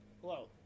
hello